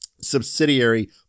subsidiary